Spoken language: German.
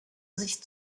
sich